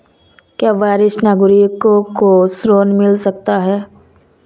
क्या वरिष्ठ नागरिकों को ऋण मिल सकता है?